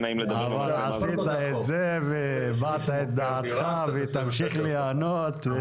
אבל עשית את זה והבעת את דעתך, ותמשיך ליהנות.